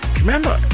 Remember